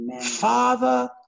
father